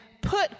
put